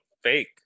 fake